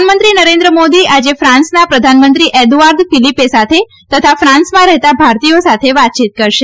પ્રધાનમંત્રી નરેન્દ્ર મોદી આજે ક્રાન્સના પ્રધાનમંત્રી એદુઆર્દ ફિલીપે સાથે તથા ક્રાસમાં રહેતા ભારતીયો સાથે વાતચીત કરશે